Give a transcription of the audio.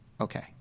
Okay